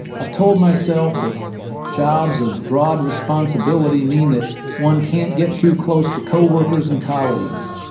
i've told myself that jobs of broad responsibility mean that one can't get too close to co-workers and colleagues.